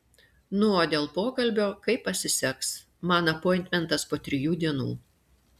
nu o dėl pokalbio kaip pasiseks man apointmentas po trijų dienų